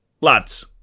lads